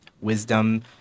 wisdom